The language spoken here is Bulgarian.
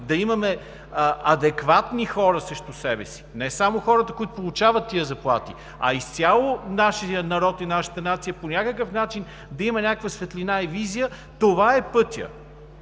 да имаме адекватни хора срещу себе си, не само хората, които получават тези заплати, а изцяло нашият народ и нашата нация по някакъв начин да има някаква светлина и визия – това е пътят.